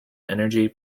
energy